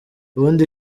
ubundi